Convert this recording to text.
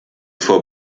vor